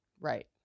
Right